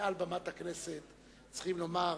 מעל במת הכנסת צריכים לומר